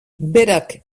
berak